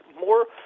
more